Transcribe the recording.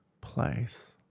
place